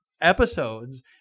episodes